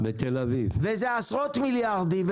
לכן זה עשרות מיליארדים.